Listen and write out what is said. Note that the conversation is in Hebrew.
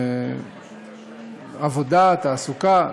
עבודה, תעסוקה.